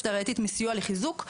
מסיוע לחיזוק.